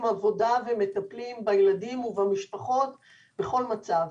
עבודה ומטפלים בילדים ובמשפחות בכל מצב